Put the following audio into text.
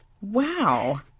Wow